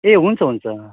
ए हुन्छ हुन्छ